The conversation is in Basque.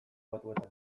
batuetan